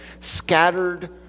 scattered